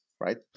right